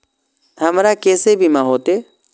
हमरा केसे बीमा होते?